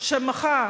שמחה